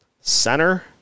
center